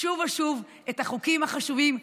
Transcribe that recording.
שוב ושוב את החוקים החשובים,